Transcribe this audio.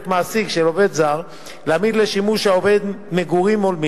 מעסיק של עובד זר להעמיד לשימוש העובד מגורים הולמים,